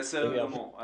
בסדר גמור.